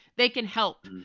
they can help.